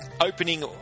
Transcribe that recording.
opening